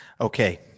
okay